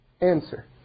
answer